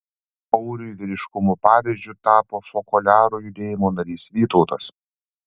auriui vyriškumo pavyzdžiu tapo fokoliarų judėjimo narys vytautas